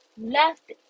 left